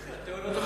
מה?